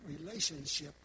relationship